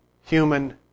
human